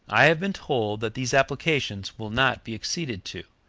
i have been told that these applications will not be acceded to,